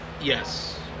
Yes